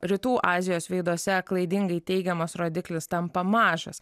rytų azijos veiduose klaidingai teigiamas rodiklis tampa mažas